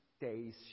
days